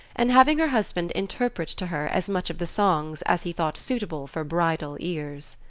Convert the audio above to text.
and having her husband interpret to her as much of the songs as he thought suitable for bridal ears.